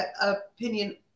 opinion